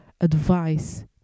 advice